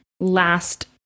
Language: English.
Last